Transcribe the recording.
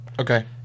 okay